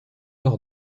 par